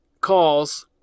calls